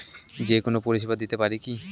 যে কোনো পরিষেবা দিতে পারি কি?